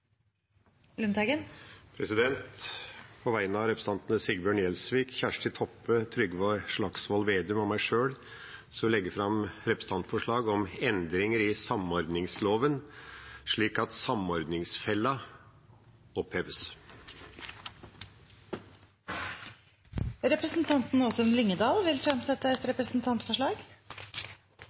På vegne av representantene Sigbjørn Gjelsvik, Kjersti Toppe, Trygve Slagsvold Vedum og meg sjøl vil jeg legge fram et representantforslag om endringer i samordningsloven slik at samordningsfellen oppheves. Representanten Åsunn Lyngedal vil fremsette et representantforslag.